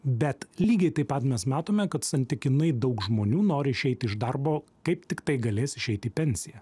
bet lygiai taip pat mes matome kad santykinai daug žmonių nori išeiti iš darbo kaip tiktai galės išeiti į pensiją